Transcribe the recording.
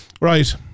Right